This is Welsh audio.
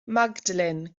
magdalen